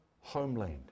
homeland